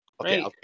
Okay